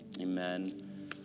Amen